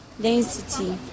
density